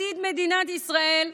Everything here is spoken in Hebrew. עתיד מדינת ישראל,